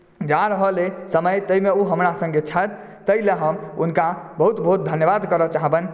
जा रहल अइ समय ताहिमे ओ हमरा सङ्गे छथि ताहि लेल हम हुनका बहुत बहुत धन्यवाद करय चाहबनि